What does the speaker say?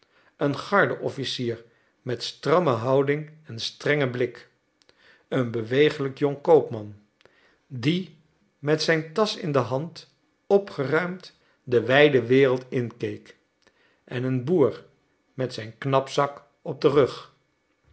een gardeofficier met stramme houding en strengen blik een bewegelijk jong koopman die met zijn tasch in de hand opgeruimd de wijde wereld in keek en een boer met zijn knapzak op den rug